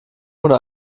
oder